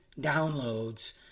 downloads